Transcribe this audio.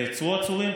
נעצרו עצורים,